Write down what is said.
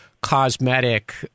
cosmetic